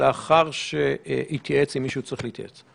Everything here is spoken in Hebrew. לאחר שהתייעץ עם מי שהוא צריך להתייעץ.